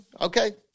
Okay